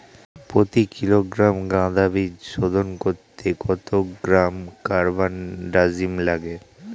প্রতি কিলোগ্রাম গাঁদা বীজ শোধন করতে কত গ্রাম কারবানডাজিম লাগে?